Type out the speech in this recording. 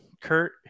Kurt